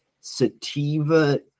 sativa